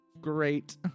Great